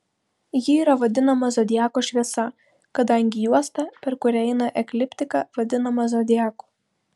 ji yra vadinama zodiako šviesa kadangi juosta per kurią eina ekliptika vadinama zodiaku